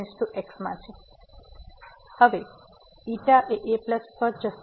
તેથી ξ એ a પર જશે